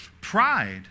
Pride